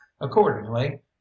Accordingly